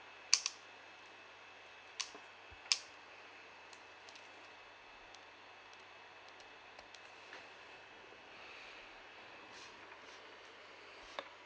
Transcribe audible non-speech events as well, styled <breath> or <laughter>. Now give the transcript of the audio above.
<noise> <breath> <breath>